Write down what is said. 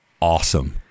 awesome